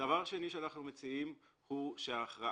דבר שני שאנחנו מציעים הוא שההכרעה